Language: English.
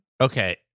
Okay